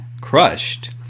crushed